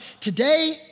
Today